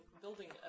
building